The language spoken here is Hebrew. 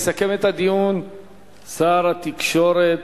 יסכם את הדיון שר התקשורת,